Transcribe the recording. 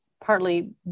partly